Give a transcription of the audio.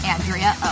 Andrea